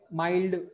mild